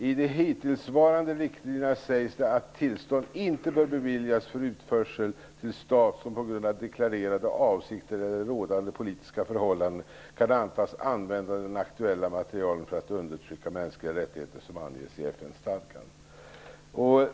I de hittillsvarande riktlinjerna sägs, att tillstånd inte bör beviljas för utförsel till stat som på grund av deklarerade avsikter eller rådande politiska förhållanden kan antas använda den aktuella materielen för att undertrycka de mänskliga rättigheter som anges i FN-stadgan.''